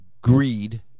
greed